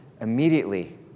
Immediately